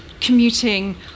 commuting